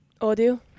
Audio